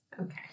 Okay